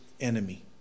enemy